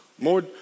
more